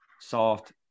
soft